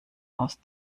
aus